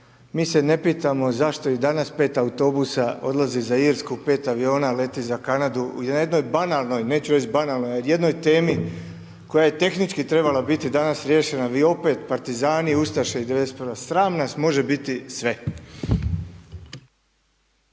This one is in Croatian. mi se ne pitamo zašto i danas 5 autobusa odlazi za Irsku, 5 aviona leti za Kanadu, o jednoj banalnoj, neću reći banalnoj o jednoj temi koja je tehnički trebala biti danas riješena vi opet partizani, ustaše i 91. Sram nas može biti sve.